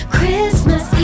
Christmas